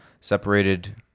separated